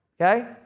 okay